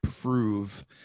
prove